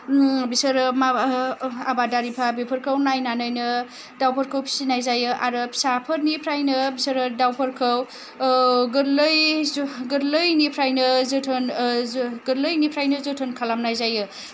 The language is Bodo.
बिसोरो माबा आबादारिफ्रा बेफोरखौ नायनानैनो दाउफोरखौ फिसिनाय जायो आरो फिसाफोरनिफ्रायनो बिसोरो दाउफोरखौ गोरलै गोरलैनिफ्रायनो जोथोन गोरलैनिफ्रायनो जोथोन खालामनाय जायो